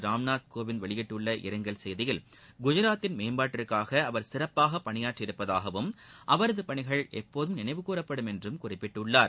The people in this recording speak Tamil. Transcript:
ராம்நாத் கோவிந்த் வெளியிட்டுள்ள இரங்கல் செய்தியில் குஜராத்தின் மேம்பாட்டிற்காக அவர் சிறப்பாக பணியாற்றி உள்ளதாகவும் அவரது பணிகள் எப்போதும் நினைவு கூறப்படும் என்றும் குறிப்பிட்டுள்ளார்